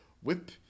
whip